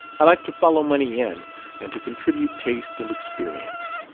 i like to follow money in and to contribute taste and experience.